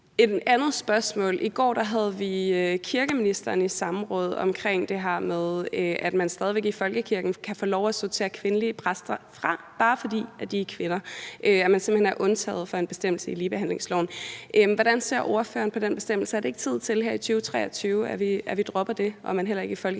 et andet spørgsmål. I går havde vi kirkeministeren i samråd omkring det her med, at man stadig væk i folkekirken kan få lov til at sortere kvindelige præster fra, bare fordi de er kvinder, og at man simpelt hen er undtaget fra en bestemmelse i ligebehandlingsloven. Hvordan ser ordføreren på den bestemmelse? Er det ikke tid til her i 2023, at vi dropper det, og at man heller ikke i folkekirken